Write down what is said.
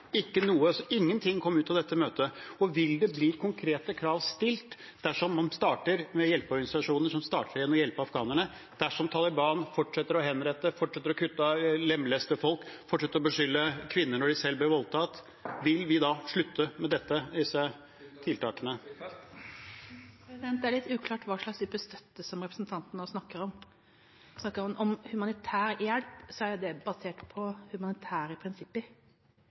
Ingenting kom ut av dette møtet. Vil det bli stilt konkrete krav dersom hjelpeorganisasjoner igjen starter med å hjelpe afghanerne – dersom Taliban fortsetter å henrette, fortsetter å lemleste folk, fortsetter å skylde på kvinner som selv blir voldtatt? Vil vi da slutte med tiltakene? Det er litt uklart hva slags type støtte representanten nå snakker om. Er det snakk om humanitær hjelp, er det basert på humanitære prinsipper,